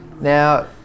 Now